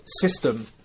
system